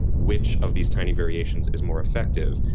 which of these tiny variations is more effective?